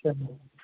چلو